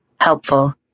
Helpful